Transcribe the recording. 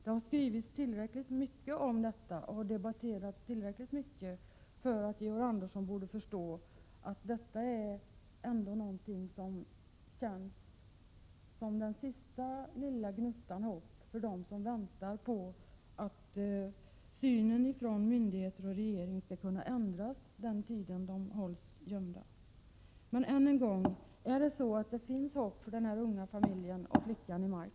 Det har skrivits tillräckligt mycket om detta, och det har debatterats tillräckligt mycket för att: Georg Andersson borde förstå att detta är någonting som känns som den sista lilla gnuttan hopp för dem som väntar på att synen från myndigheter och regering skall kunna ändras under den tid som de hålls gömda. Än en gång: Är det så att det finns hopp för den här unga familjen och flickan i Mark?